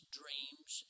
dreams